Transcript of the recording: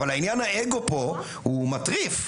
אבל עניין האגו פה, הוא מטריף.